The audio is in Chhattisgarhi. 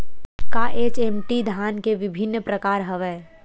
का एच.एम.टी धान के विभिन्र प्रकार हवय?